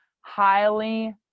highly